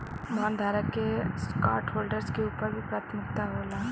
बॉन्डधारक के स्टॉकहोल्डर्स के ऊपर भी प्राथमिकता होला